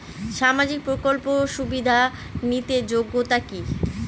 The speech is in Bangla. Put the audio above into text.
সামাজিক প্রকল্প সুবিধা নিতে যোগ্যতা কি?